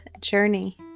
journey